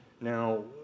Now